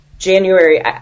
January